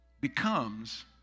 Becomes